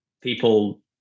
people